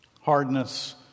Hardness